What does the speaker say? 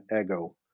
Ego